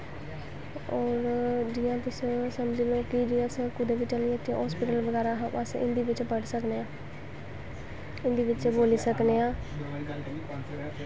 होर जियां तुस समझी लैओ कि जे अस कुतै बी चली जाच्चै हस्पिटल बगैरा अस हिन्दी बिच्च पढ़ी सकने आं हिन्दी बिच्च बोली सकने आं